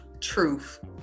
Truth